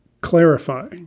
clarify